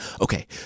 okay